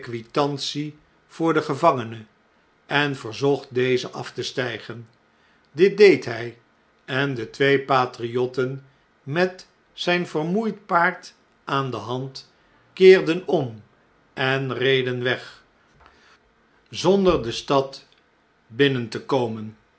voor den gevangene en verzocht dezen af te stijgen dit deed hij en de twee patriotten met zijn vermoeid paard aan de hand keerden om en reden weg zonder de stad binnen te komen